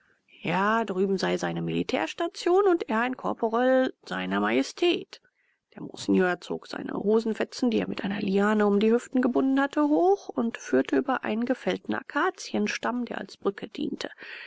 ja drüben sei seine militärstation und er ein korporal sr majestät der monsieur zog seine hosenfetzen die er mit einer liane um die hüften gebunden hatte hoch und führte über einen gefällten akazienstamm der als brücke diente